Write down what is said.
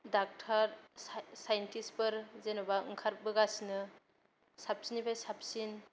doctor साइनटिसफोर जेन'बा ओंखारबोगासिनो साबसिननिफ्राय साबसिन